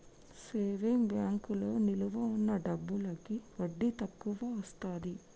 saving బ్యాంకులో నిలవ ఉన్న డబ్బులకి వడ్డీ తక్కువొస్తది